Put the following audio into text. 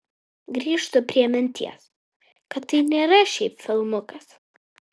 grįžtu prie minties kad tai nėra šiaip filmukas